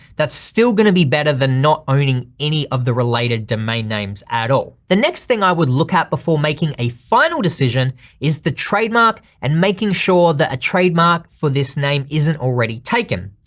that's still gonna be better than not owning any of the related domain names at all. the next thing i would look at before making a final decision is the trademark and making sure that a trademark for this name isn't already taken.